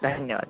धन्यवाद